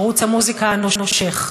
ערוץ המוזיקה הנושך.